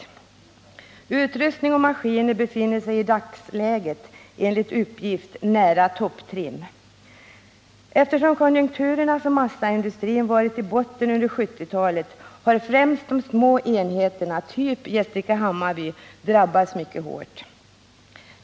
Enligt uppgift befinner sig utrustning och maskiner i dagsläget nära topptrim. Eftersom konjunkturerna för massaindustrin varit i botten under 1970 talet har främst de små enheterna, typ Gästrike-Hammarby, drabbats mycket hårt.